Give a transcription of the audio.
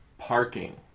parking